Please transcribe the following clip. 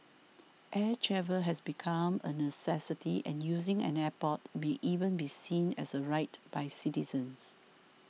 air travel has become a necessity and using an airport may even be seen as a right by citizens